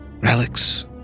relics